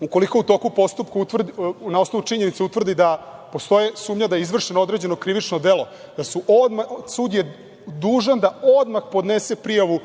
ukoliko u toku postupka, na osnovu činjenica, utvrdi da postoje sumnja da je izvršeno određeno krivično delo, sud je dužan da odmah podnese prijavu